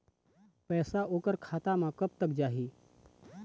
पैसा ओकर खाता म कब तक जाही?